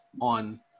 on